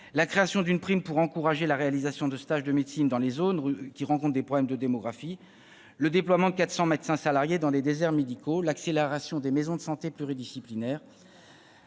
; création d'une prime pour encourager la réalisation de stages de médecine dans les zones qui rencontrent des problèmes de démographie ; déploiement de 400 médecins salariés dans les déserts médicaux ; accélération des maisons de santé pluridisciplinaires